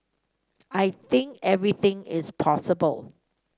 I think everything is possible